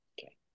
Okay